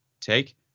take